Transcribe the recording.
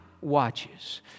watches